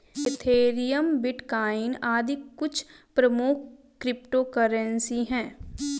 Ethereum, bitcoin आदि कुछ प्रमुख क्रिप्टो करेंसी है